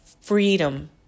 freedom